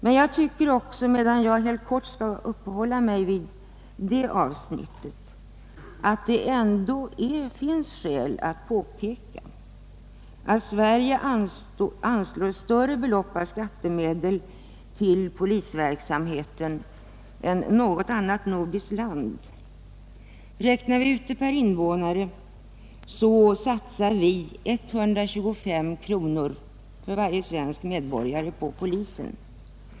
Men jag tycker ändå att det finns skäl att påpeka att Sverige anslår större belopp av skattemedel till polisens verksamhet än något annat nordiskt land. Vi satsar 125 kronor per invånare på polisen.